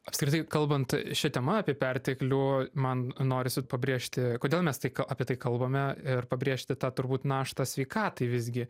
apskritai kalbant šia tema apie perteklių man norisi pabrėžti kodėl mes tai ka apie tai kalbame ir pabrėžti tą turbūt naštą sveikatai visgi